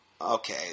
Okay